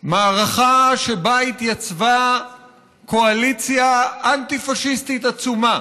מערכה שבה התייצבה קואליציה אנטי-פשיסטית עצומה,